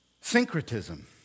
Syncretism